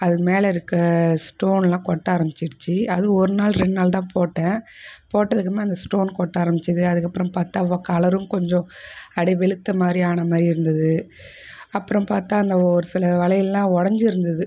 அது மேலேருக்க ஸ்டோன்லாம் கொட்ட ஆரம்பிச்சிடுச்சு அது ஒரு நாள் ரெண்டு நாள் தான் போட்டேன் போட்டதுக்கப்புறமா அந்த ஸ்டோன் கொட்ட ஆரம்பிச்சது அதுக்கப்புறம் பார்த்தா வ கலரும் கொஞ்சம் அடே வெளுத்த மாதிரி ஆன மாதிரி இருந்தது அப்புறம் பார்த்தா அந்த ஒரு சில வளையில்லா உடைஞ்சுருந்தது